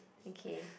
okay